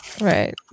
Right